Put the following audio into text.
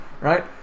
right